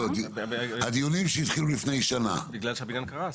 בגלל הבניין שקרס.